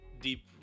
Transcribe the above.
deep